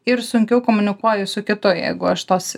ir sunkiau komunikuoju su kitu jeigu aš tos